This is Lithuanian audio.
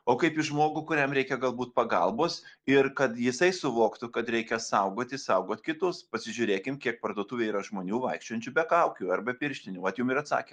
o kaip į žmogų kuriam reikia galbūt pagalbos ir kad jisai suvoktų kad reikia saugoti saugot kitus pasižiūrėkim kiek parduotuvėj yra žmonių vaikščiojančių be kaukių ar be pirštinių vat jum ir atsakymai